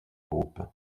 groupe